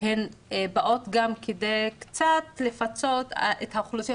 באות גם כדי קצת לפצות את האוכלוסיות